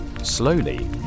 Slowly